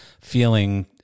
feeling